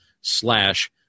slash